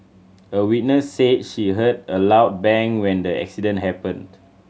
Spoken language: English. a witness said she heard a loud bang when the accident happened